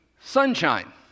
sunshine